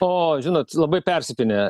o žinot labai persipynę